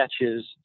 catches